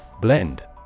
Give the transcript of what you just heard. Blend